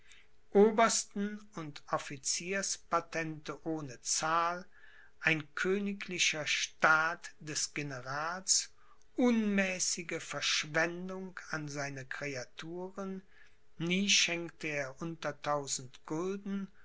obersten und officierspatente ohne zahl ein königlicher staat des generals unmäßige verschwendungen an seine creaturen nie schenkte er unter tausend gulden